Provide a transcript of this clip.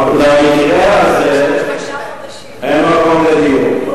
במקרה הזה אין מקום לדיון,